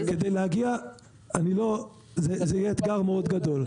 זה יהיה אתגר מאוד גדול.